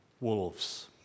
wolves